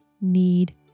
need